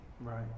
Right